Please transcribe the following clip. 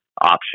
option